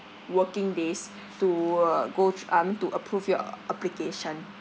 working days to uh go thr~ uh I mean to approve your uh application